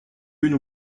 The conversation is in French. une